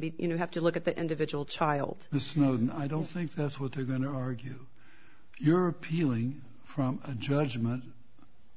be you know have to look at the individual child the snowden i don't think that's what they're going to argue you're appealing from the judgment